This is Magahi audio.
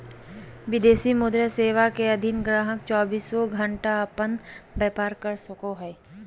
विदेशी मुद्रा सेवा के अधीन गाहक़ चौबीसों घण्टा अपन व्यापार कर सको हय